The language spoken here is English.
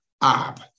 up